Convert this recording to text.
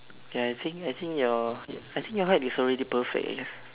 ya I think I think your I think your height is already perfect eh